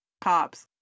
cops